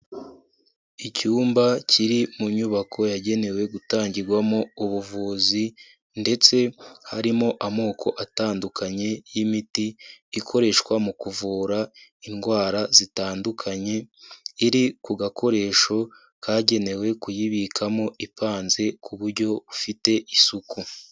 Icyumba kiri mu nyubako yagenewe gutangirwamo ubuvuzi ndetse harimo amako atandukanye y'imiti ikoreshwa mu kuvura indwara zitandukanye, iri ku gakoresho kagenewe kuyibikamo ipanze ku buryo bufite isuku.